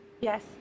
Yes